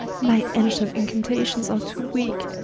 my ancient incantations are too weake,